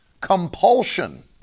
compulsion